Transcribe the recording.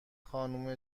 خانم